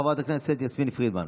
חברת הכנסת יסמין פרידמן,